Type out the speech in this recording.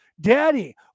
daddy